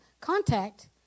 contact